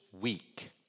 week